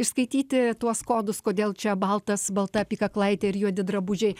skaityti tuos kodus kodėl čia baltas balta apykaklaitė ir juodi drabužiai